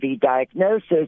diagnosis